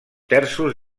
terços